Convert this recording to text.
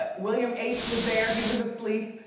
but william h was there, he was asleep,